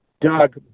Doug